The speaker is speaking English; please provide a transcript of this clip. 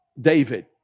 David